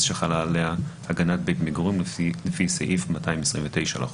שחלה עליה הגנת בית מגורים לפי סעיף 229 לחוק.